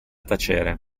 tacere